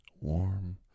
warm